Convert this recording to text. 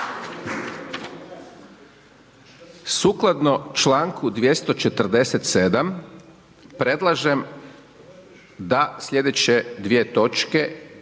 Sukladno članku 247. predlažem da sljedeće dvije točke